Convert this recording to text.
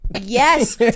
Yes